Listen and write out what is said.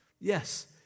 Yes